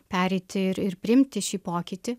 pereiti ir ir priimti šį pokytį